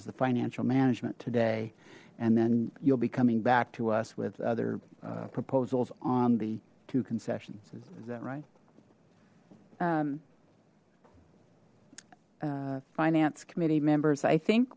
is the financial management today and then you'll be coming back to us with other proposals on the two concessions is that right finance committee members i think